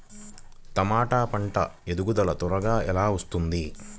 టమాట పంట ఎదుగుదల త్వరగా ఎలా వస్తుంది?